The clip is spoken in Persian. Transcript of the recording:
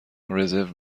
رزرو